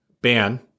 ban